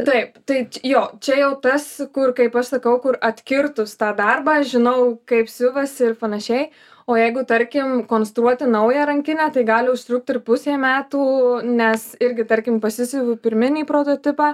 taip tai jo čia jau tas kur kaip aš sakau kur atkirtus tą darbą žinau kaip siuvasi ir panašiai o jeigu tarkim konstruoti naują rankinę tai gali užtrukt ir pusę metų nes irgi tarkim pasisiuvu pirminį prototipą